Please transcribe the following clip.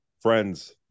friends